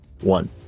one